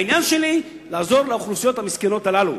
העניין שלי הוא לעזור לאוכלוסיות המסכנות הללו,